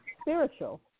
Spiritual